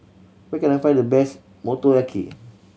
where can I find the best Motoyaki